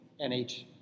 NH